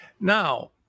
Now